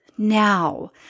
Now